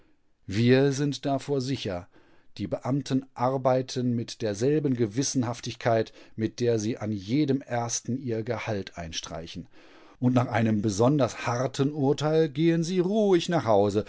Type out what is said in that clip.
wir sind davor sicher die beamten arbeiten mit derselben gewissenhaftigkeit mit der sie an jedem ersten ihr gehalt einstreichen und nach einem besonders harten urteil gehen sie ruhig nach hause